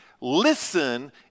listen